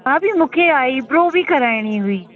भाभी मूंखे आईब्रो बि कराइणी हुई